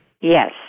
Yes